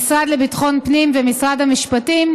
המשרד לביטחון פנים ומשרד המשפטים,